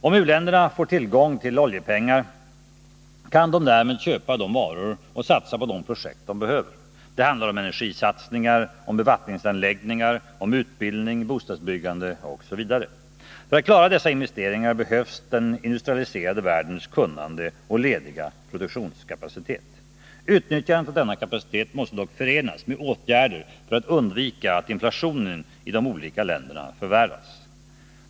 Om u-länderna får tillgång till oljepengar kan de därmed köpa de varor och satsa på de projekt de behöver. Det handlar om energisatsningar, om bevattningsanläggningar, om utbildning, om bostads byggande osv. För att klara dessa investeringar behövs den industrialiserade världens kunnande och lediga produktionskapacitet. Utnyttjandet av denna kapacitet måste dock förenas med åtgärder för att undvika att inflationen i de olika länderna förvärras.